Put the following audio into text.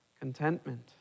contentment